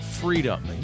freedom